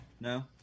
No